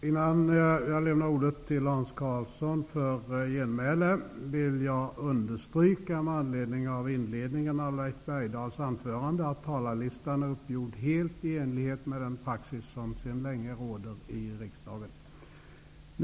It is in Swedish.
Innan jag lämnar ordet till Hans Karlsson för genmäle vill jag, med anledning av inledningen i Leif Bergdahls anförande, understryka att talarlistan är uppgjord helt i enlighet med den praxis som sedan länge råder i riksdagen.